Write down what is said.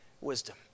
wisdom